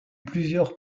plusieurs